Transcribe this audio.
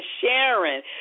Sharon